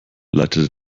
leitete